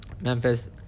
Memphis